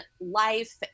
life